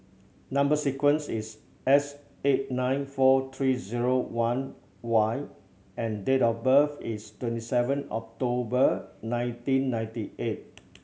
number sequence is S eight nine four three zero one Y and date of birth is twenty seven October nineteen ninety eight